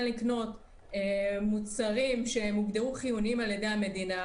לקנות מוצרים שהם הוגדרו חיוניים על-ידי המדינה,